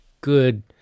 good